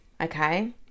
okay